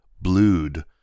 Blued